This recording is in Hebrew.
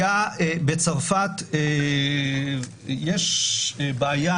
בצרפת יש בעיה